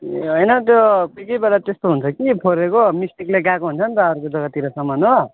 होइन त्यो के भएर त्यस्तो हुन्छ कि फोरेको मिस्टेकले गएको हुन्छ नि त अर्को जग्गातिर सामान हो